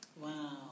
Wow